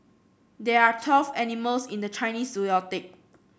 there are twelve animals in the Chinese